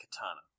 katana